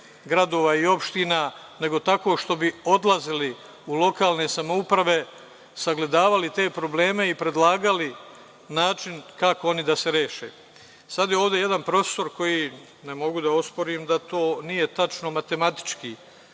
gradova i opština, nego tako što bi odlazili u lokalne samouprave, sagledavali te probleme i predlagali način kako oni da se reše. Sad je ovde jedan profesor koji, ne mogu da osporim da to nije tačno matematički,